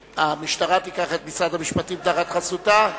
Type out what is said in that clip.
שהמשטרה תיקח את משרד המשפטים תחת חסותה?